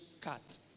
cut